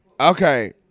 Okay